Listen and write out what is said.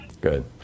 Good